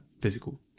physical